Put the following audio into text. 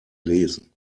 lesen